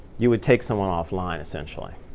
you would take someone offline essentially.